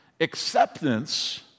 Acceptance